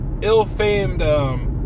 ill-famed